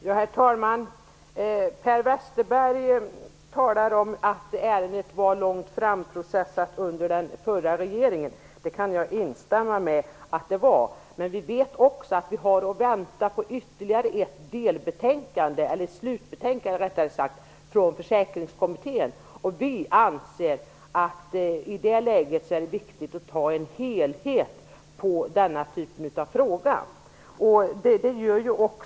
Herr talman! Per Westerberg talar om att ärendet hade processats långt under den förra regeringen. Det kan jag instämma i. Men vi har att vänta på slutbetänkandet från Försäkringskommittén, och vi anser att i det läget är det viktigt att ta ett helheltsgrepp på denna typ av fråga.